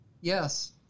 Yes